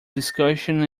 discussion